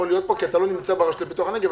להיות פה כי אתה לא נמצא ברשות לפיתוח הנגב,